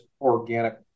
organic